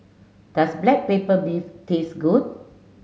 does Black Pepper Beef taste good